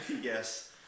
Yes